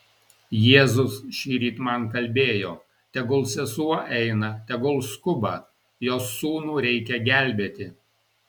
jėzus šįryt man kalbėjo tegul sesuo eina tegul skuba jos sūnų reikia gelbėti